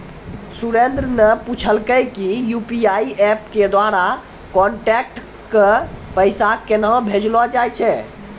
सुरेन्द्र न पूछलकै कि यू.पी.आई एप्प के द्वारा कांटैक्ट क पैसा केन्हा भेजलो जाय छै